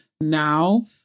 now